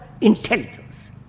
intelligence